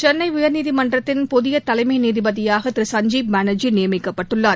சென்னைஉயர்நீதிமன்றத்தின் புதியதலைமநீதிபதியாகதிரு சஞ்ஜீப் பானர்ஜி நியமிக்கப்பட்டுள்ளார்